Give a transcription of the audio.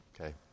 Okay